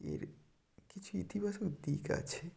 এর কিছু ইতিবাচক দিক আছে